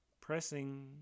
pressing